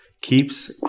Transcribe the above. keeps